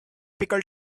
pickle